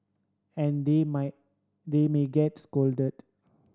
and they might they may get scolded